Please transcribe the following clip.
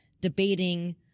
debating